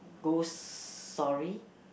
ghost story